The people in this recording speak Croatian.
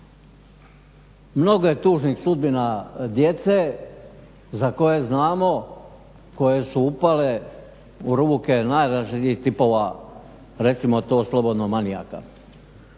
mnogo je tužnih sudbina djece za koje znamo koje su upale u ruke najrazličitijih tipova recimo to slobodno manijaka.